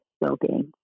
well-being